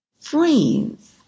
Friends